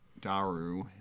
Daru